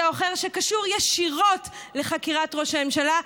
או אחר שקשור ישירות לחקירת ראש הממשלה.